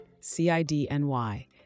CIDNY